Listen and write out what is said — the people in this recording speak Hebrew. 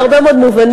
בהרבה מאוד מובנים,